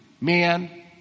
man